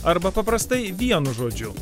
arba paprastai vienu žodžiu